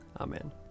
Amen